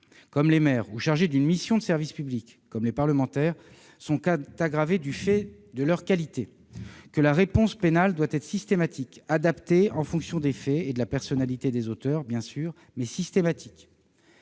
comme les maires, ou chargés d'une mission de service public, comme les parlementaires, sont aggravées du fait de leur qualité ; que la réponse pénale, si elle doit être adaptée aux faits et à la personnalité des auteurs, doit être systématique,